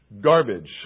Garbage